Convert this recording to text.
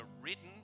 written